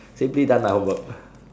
simply done my homework